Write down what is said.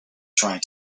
trying